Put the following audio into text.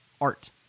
art